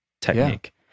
technique